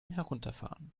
herunterfahren